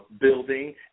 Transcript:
building